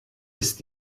ist